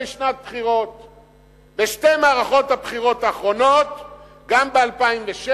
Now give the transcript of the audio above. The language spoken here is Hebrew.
ש-110 מ-120 חברי הכנסת שנמצאים כאן לא מבינים על מה היא מדברת,